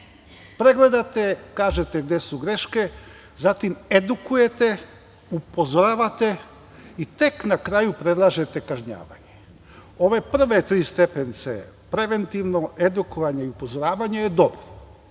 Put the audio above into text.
pregledate, kažete gde su greške, edukujete, upozoravate i tek na kraju predlažete kažnjavanje. Ove prve tri stepenice, preventivno, edukovanje i upozoravanje je dobro.